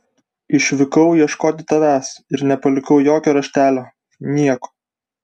išvykau ieškoti tavęs ir nepalikau jokio raštelio nieko